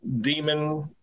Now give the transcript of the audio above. demon